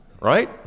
right